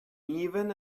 even